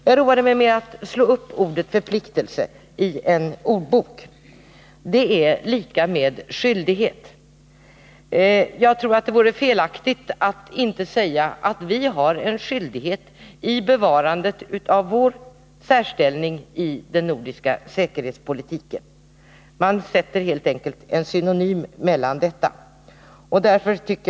Jag roade mig med att slå upp ordet förpliktelse i en ordbok. Förpliktelse är lika med skyldighet. Jag tror att det vore felaktigt att inte säga att vi har en skyldighet när det gäller bevarandet av vår särställning i den nordiska säkerhetspolitiken. I propositionen har man helt enkelt satt in en synonym för ”skyldighet”.